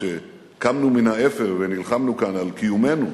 כשקמנו מן האפר ונלחמנו כאן על קיומנו,